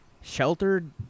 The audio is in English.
sheltered